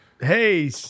hey